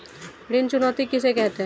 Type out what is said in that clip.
ऋण चुकौती किसे कहते हैं?